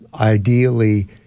ideally